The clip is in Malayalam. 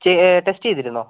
ചെ ടെസ്റ്റ് ചെയ്തിരുന്നോ